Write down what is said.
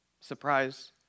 surprise